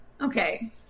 Okay